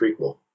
prequel